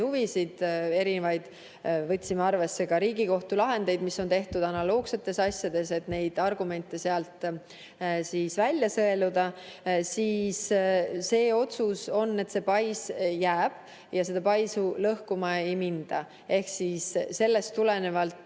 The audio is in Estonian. huvisid – võtsime arvesse ka Riigikohtu lahendeid, mis on tehtud analoogsetes asjades, et neid argumente sealt välja sõeluda. See otsus on, et see pais jääb ja seda paisu lõhkuma ei minda. Ehk sellest tulenevalt